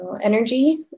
energy